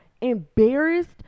embarrassed